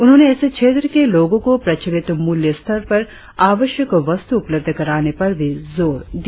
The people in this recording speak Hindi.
उन्होंने ऐसे क्षेत्र के लोगों को प्रचलित मूल्य स्तर पर आवश्यक वस्तु उपलब्ध कराने पर भी जोर दिया